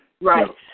Right